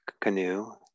canoe